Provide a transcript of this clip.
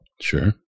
Sure